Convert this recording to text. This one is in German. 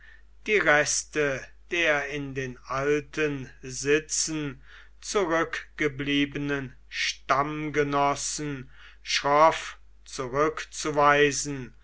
die reste der in den alten sitzen zurückgebliebenen stammgenossen schroff zurückzuweisen